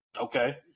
Okay